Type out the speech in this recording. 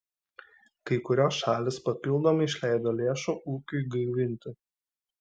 kai kurios šalys papildomai išleido lėšų ūkiui gaivinti